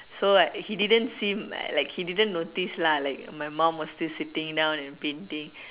so like he didn't seem like he didn't notice lah my mom was still sitting down and painting